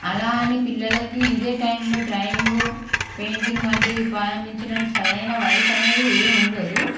అలా అని పిల్లలకు ఇదే టైంలో డ్రాయింగ్ పెయింటింగ్ వంటివి ప్రారంభించడం సరైన వయసు అనేది ఏమి ఉండదు